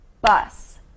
bus